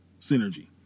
synergy